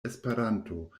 esperanto